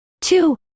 two